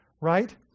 right